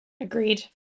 Agreed